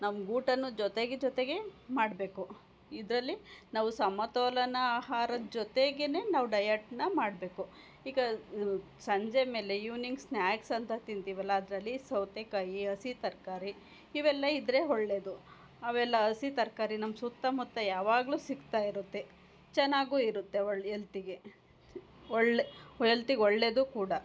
ನಮ್ಗೆ ಊಟವನ್ನು ಜೊತೆಗೆ ಜೊತೆಗೆ ಮಾಡಬೇಕು ಇದರಲ್ಲಿ ನಾವು ಸಮತೋಲನ ಆಹಾರದ ಜೊತೆಗೇ ನಾವು ಡಯಟ್ನ ಮಾಡಬೇಕು ಈಗ ಸಂಜೆ ಮೇಲೆ ಈವ್ನಿಂಗ್ ಸ್ನ್ಯಾಕ್ಸ್ ಅಂತ ತಿಂತೀವಲ್ಲ ಅದರಲ್ಲಿ ಸೌತೆಕಾಯಿ ಹಸಿ ತರಕಾರಿ ಇವೆಲ್ಲ ಇದ್ದರೆ ಒಳ್ಳೆಯದು ಅವೆಲ್ಲ ಹಸಿ ತರಕಾರಿ ನಮ್ಮ ಸುತ್ತಮುತ್ತ ಯಾವಾಗ್ಲೂ ಸಿಗ್ತಾ ಇರುತ್ತೆ ಚೆನ್ನಾಗೂ ಇರುತ್ತೆ ಒಳ್ಳೆ ಎಲ್ತಿಗೆ ಒಳ್ಳೆ ಎಲ್ತಿಗೆ ಒಳ್ಳೇದು ಕೂಡ